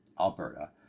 Alberta